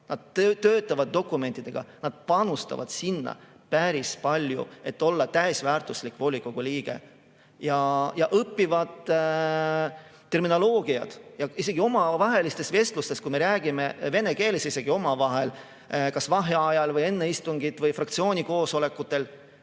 Nad töötavad dokumentidega. Nad panustavad sinna päris palju, et olla täisväärtuslik volikogu liige. Õpivad terminoloogiat. Isegi omavahelistes vestlustes, isegi kui me räägime vene keeles omavahel – kas vaheajal või enne istungit või fraktsiooni koosolekutel